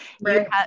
Right